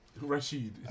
Rashid